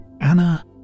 Anna